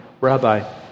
Rabbi